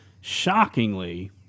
Shockingly